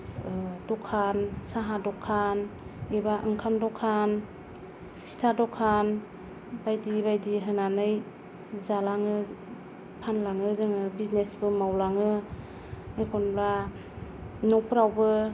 दखान साहा दखान एबा ओंखाम दखान फिथा दखान बायदि बायदि होनानै जालाङो फानलाङो जोङो बिजनेसबो मावलाङो एखनब्ला न'फोरावबो